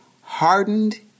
hardened